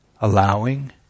allowing